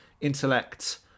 intellect